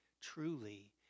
truly